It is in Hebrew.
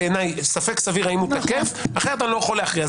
יש ספק סביר אם תקף אחרת אני לא יכול להכריע.